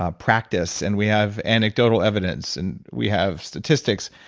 ah practice and we have anecdotal evidence and we have statistics,